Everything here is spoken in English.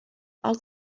all